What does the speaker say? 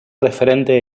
referente